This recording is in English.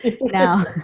now